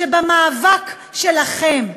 שבמאבק שלכם,